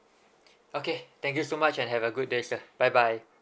okay thank you so much and have a good day sir bye bye